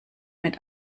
mit